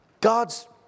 God's